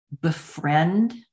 befriend